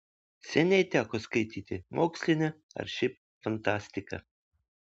seniai teko skaityti mokslinę ar šiaip fantastiką